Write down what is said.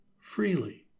freely